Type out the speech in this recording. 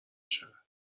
شهر